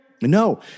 No